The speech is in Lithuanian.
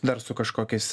dar su kažkokiais